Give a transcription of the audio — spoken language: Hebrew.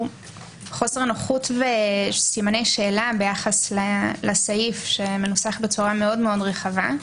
חוסר נוחות וסימני שאלה ביחס לסעיף שמנוסח בצורה מאוד מאוד רחבה.